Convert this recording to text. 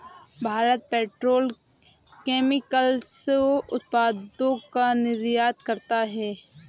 Bharat petrochemicals उत्पादों का निर्यात करता है